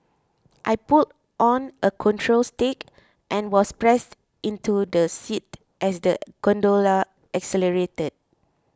I pulled on a control stick and was pressed into the seat as the gondola accelerated